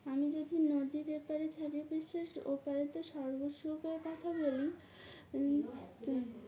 আমি যদি নদীর এপারে ছাড়িয়ে বিশ্বাস ওপারেতে সর্বসুখের কথা বলি